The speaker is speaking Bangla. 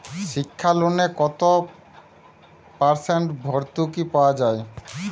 শিক্ষা লোনে কত পার্সেন্ট ভূর্তুকি পাওয়া য়ায়?